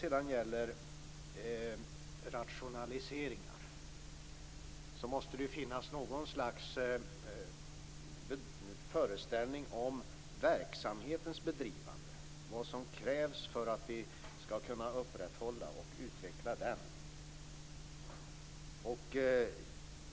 När det gäller rationaliseringar måste det finnas något slags föreställning om verksamhetens bedrivande och av vad som krävs för att vi skall kunna upprätthålla och utveckla den.